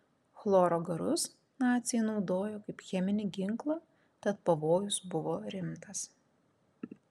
chloro garus naciai naudojo kaip cheminį ginklą tad pavojus buvo rimtas